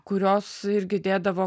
kurios irgi dėdavo